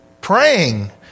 praying